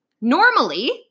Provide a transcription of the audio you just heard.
normally